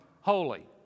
holy